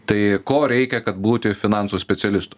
tai ko reikia kad būti finansų specialistu